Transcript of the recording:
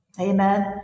Amen